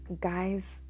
guys